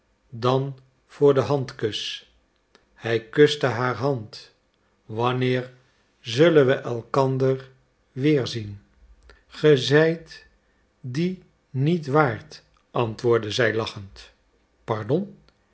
dan voor den handkus hij kustte haar hand wanneer zullen we elkander weerzien ge zijt dien niet waard antwoordde zij lachend pardon